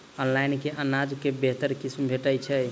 Online मे अनाज केँ बेहतर किसिम भेटय छै?